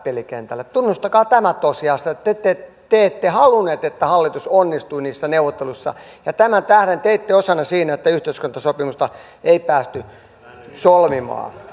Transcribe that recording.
tunnustakaa tämä tosiasia että te ette halunneet että hallitus onnistui niissä neuvotteluissa ja tämän tähden teitte osannne siinä että yhteiskuntasopimusta ei päästy solmimaan